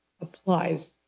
applies